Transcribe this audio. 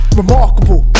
remarkable